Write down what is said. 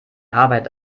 arbeit